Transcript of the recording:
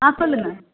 ஆ சொல்லுங்கள்